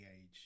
age